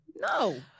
No